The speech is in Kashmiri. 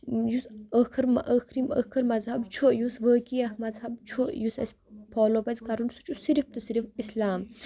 یُس ٲخر یُس ٲخری مَزہب چھُ یُس وٲقع اکھ مَزہب چھُ یُس اَسہِ فالو پَزِ کرُن سُہ چھُ صرِف تہٕ صرِف اِسلام